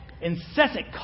incessant